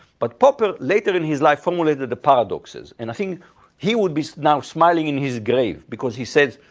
but popper later in his life formulated the paradoxes. and i think he would be now smiling in his grave because he said,